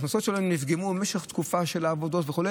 ההכנסות שלהם נפגעו במשך התקופה של העבודות וכו'.